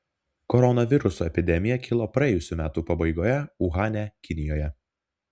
koronaviruso epidemija kilo praėjusių metų pabaigoje uhane kinijoje